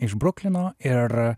iš bruklino ir